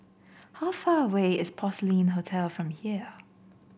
how far away is Porcelain Hotel from here